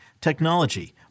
technology